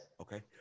okay